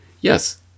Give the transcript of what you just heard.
yes